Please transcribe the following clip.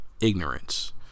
ignorance